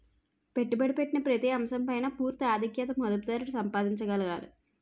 పెట్టుబడి పెట్టిన ప్రతి అంశం పైన పూర్తి ఆధిక్యత మదుపుదారుడు సంపాదించగలగాలి